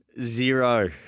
zero